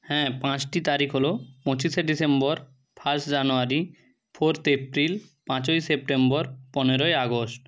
হ্যাঁ পাঁচটি তারিখ হল পঁচিশে December first January fourth April পাঁচই সেপ্টেম্বর পনেরোই আগস্ট